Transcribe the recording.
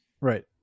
Right